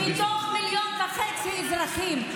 מתוך מיליון ו-500,000 אזרחים.